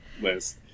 list